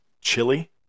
chili